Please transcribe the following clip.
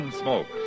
Smoke